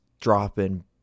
dropping